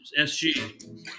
SG